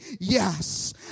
yes